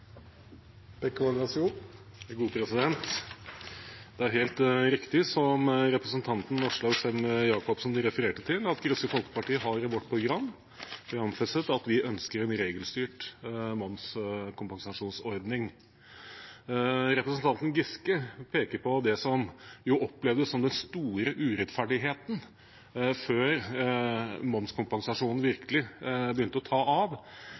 helt riktig, som representanten Aslaug Sem-Jacobsen refererte til, at Kristelig Folkeparti har programfestet at vi ønsker en regelstyrt momskompensasjonsordning. Representanten Giske peker på det som opplevdes som den store urettferdigheten før momskompensasjonen virkelig begynte å ta av.